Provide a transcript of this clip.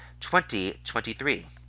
2023